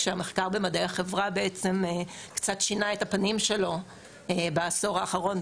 המחקר במדעי החברה קצת שינה את הפנים שלו בעשור האחרון,